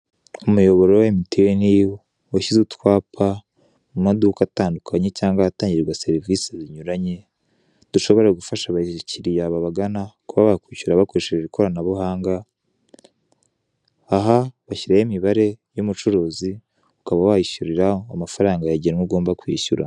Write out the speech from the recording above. Umuyoboro wa emutiyeni washyize utwapa mu maduka atandukanye cyangwa ahatangirwa serivisi zinyuranye, dushobora gufasha abakiriya babagana kuba bakwishyura bakoresheje ikoranabuhanga. Aha bashyiraho imibare y'umucurizi, ukaba wayishyiriraho amafaranga yagenwe ugomba kwishyura.